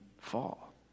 fall